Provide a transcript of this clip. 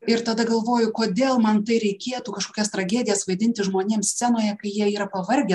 ir tada galvoju kodėl man tai reikėtų kažkokias tragedijas vaidinti žmonėms scenoje kai jie yra pavargę